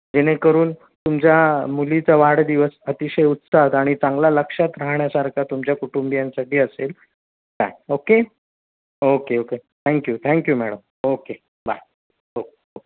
जेणेकरून तुमच्या मुलीचा वाढदिवस अतिशय उत्साहात आणि चांगला लक्षात राहण्यासारखा तुमच्या कुटुंबियांसाठी असेल काय okay okay okay thank you thank you madam okay bye हो हो